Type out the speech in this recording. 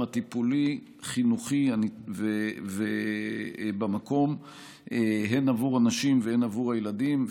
הטיפולי-חינוכי במקום הן עבור הנשים והן עבור הילדים,